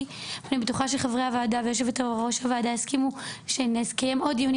ואני בטוחה שחברי הועדה הזאת ויושבת ראש הועדה יסכימו שנקיים עוד דיונים